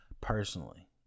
Personally